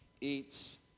eats